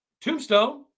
Tombstone